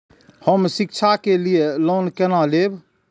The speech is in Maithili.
हम शिक्षा के लिए लोन केना लैब?